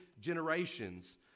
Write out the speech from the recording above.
generations